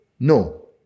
No